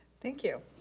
thank you.